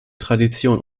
tradition